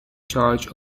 charge